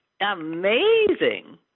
amazing